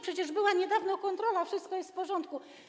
Przecież była niedawno kontrola, wszystko jest w porządku.